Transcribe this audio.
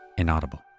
inaudible